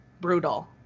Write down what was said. brutal